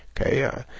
Okay